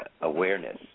awareness